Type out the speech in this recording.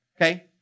okay